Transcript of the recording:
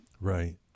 Right